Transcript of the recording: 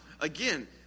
again